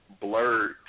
blurred